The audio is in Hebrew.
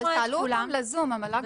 אבל תעלו אותם לזום, המל"ג בזום.